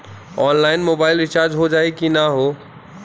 Online mobile recharge हो जाई की ना हो?